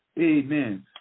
Amen